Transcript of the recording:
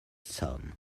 son